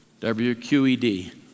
WQED